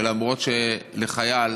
שאומנם לחייל